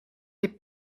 des